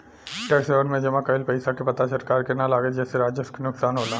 tax haven में जमा कइल पइसा के पता सरकार के ना लागे जेसे राजस्व के नुकसान होला